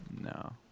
No